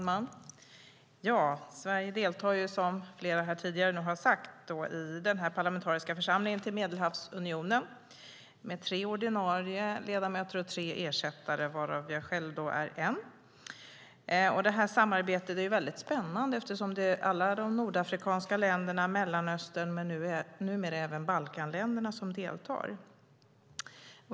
Herr talman! Sverige deltar, som flera tidigare har sagt, i den parlamentariska församlingen till Medelhavsunionen med tre ordinarie ledamöter och tre ersättare, varav jag själv är en. Det här samarbetet är mycket spännande eftersom alla de nordafrikanska länderna, Mellanöstern och numera även Balkanländerna deltar.